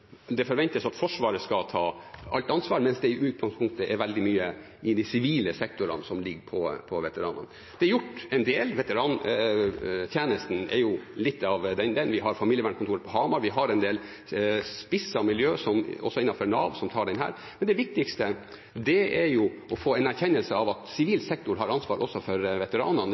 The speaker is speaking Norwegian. forventes at Forsvaret skal ta alt ansvar, mens det i utgangspunktet er veldig mye i de sivile sektorene som ligger på veteranene. Det er gjort en del. Veterantjenesten er litt av den delen. Vi har familievernkontor på Hamar. Vi har en del spissede miljøer også innenfor Nav som tar dette. Men det viktigste er å få en erkjennelse av at sivil sektor har ansvar også for veteranene.